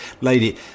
lady